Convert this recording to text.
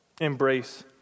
embrace